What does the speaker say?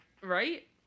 right